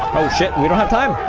whole ship